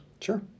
Sure